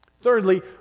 thirdly